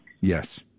Yes